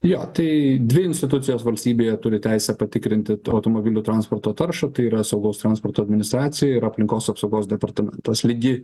jo tai dvi institucijos valstybėje turi teisę patikrinti tų automobilių transporto taršą tai yra saugos transporto administracija ir aplinkos apsaugos departamentas ligi